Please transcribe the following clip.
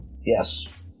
Yes